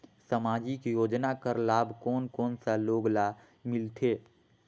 समाजिक योजना कर लाभ कोन कोन सा लोग ला मिलथे?